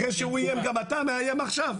אחרי שהוא איים גם אתה מאיים עכשיו?